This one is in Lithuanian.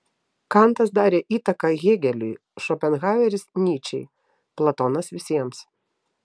kantas darė įtaką hėgeliui šopenhaueris nyčei platonas visiems